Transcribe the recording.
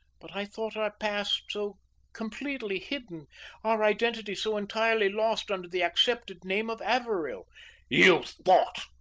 but i thought our past so completely hidden our identity so entirely lost under the accepted name of averill. you thought!